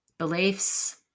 beliefs